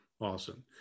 Awesome